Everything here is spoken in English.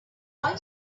boy